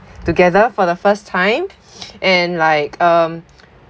together for the first time and like um